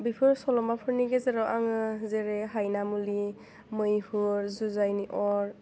बेफोर सल'माफोरनि गेजेराव आङो जेरै हायनामुलि मैहुर जुजायनि अर